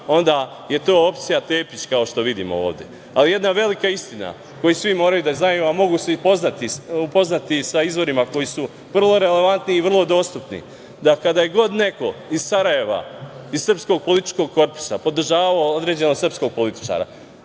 onda je to opcija Tepić, kao što vidimo ovde. Ali, jedna velika istina koju svi moraju da znaju, a mogu se i upoznati sa izvorima koji su vrlo relevantni i vrlo dostupni, da kada je god neko iz Sarajeva i srpskog političkog korpusa podržavao određenog srpskog političara